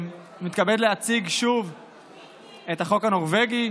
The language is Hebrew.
אני מתכבד להציג שוב את החוק הנורבגי,